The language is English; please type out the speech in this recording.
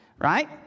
right